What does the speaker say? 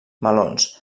melons